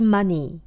Money